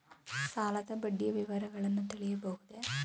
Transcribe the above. ಸಾಲದ ಬಡ್ಡಿಯ ವಿವರಗಳನ್ನು ತಿಳಿಯಬಹುದೇ?